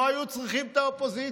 לא היו צריכים את האופוזיציה.